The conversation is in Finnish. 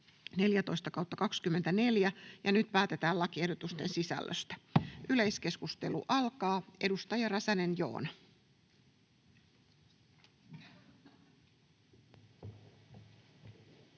14/2024 vp. Nyt päätetään lakiehdotusten sisällöstä. — Yleiskeskustelu alkaa. Edustaja Räsänen, Joona.